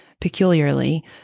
peculiarly